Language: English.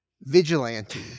vigilante